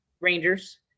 Rangers